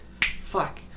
fuck